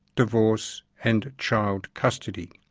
divorce and child custody.